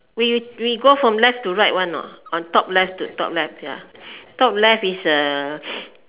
we we go from left to right one know on top left to top left ya top left is uh